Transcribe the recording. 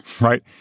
right